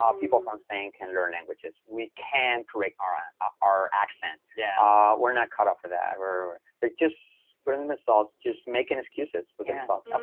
um people from spain can learn languages. we can't correct our ah our accent. yeah we're not cut out for that, or they're just putting themselves just making excuses for themselves. um